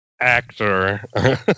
Actor